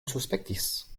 suspektis